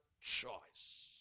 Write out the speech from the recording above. choice